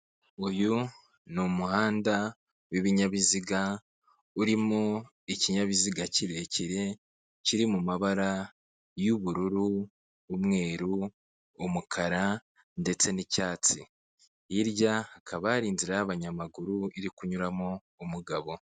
Uyu ni umuhanda w'ibinyabiziga urimo ikinyabiziga kirekire kiri mu mabara y'ubururu, umweru, umukara ndetse n'icyatsi, hirya hakaba hari inzira y'abanyamaguru iri kunyuramo umugabo.